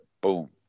Boom